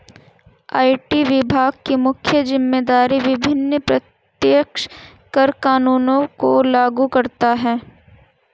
IT विभाग की मुख्य जिम्मेदारी विभिन्न प्रत्यक्ष कर कानूनों को लागू करता है